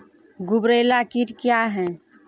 गुबरैला कीट क्या हैं?